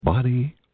Body